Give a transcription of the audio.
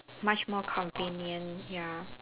much more convenient ya